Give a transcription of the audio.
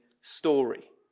story